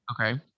Okay